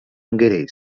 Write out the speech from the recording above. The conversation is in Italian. ungheresi